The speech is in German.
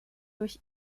durch